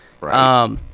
Right